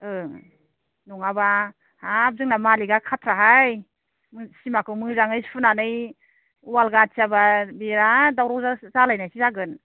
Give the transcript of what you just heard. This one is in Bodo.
ओं नङाबा हाब जोंना मालिकआ खाथ्राहाय सिमाखौ मोजाङै सुनानै वाल गाथियाबा बिराद दावराव जालायनायसो जागोन